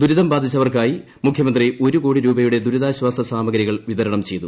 ദുരിതം ബാധിച്ചവർക്കായി മുഖ്യമന്ത്രി ഒരു കോടി രൂപയുടെ ദുരിതാശ്ചാസ സാമഗ്രികൾ വിതരണം ചെയ്തു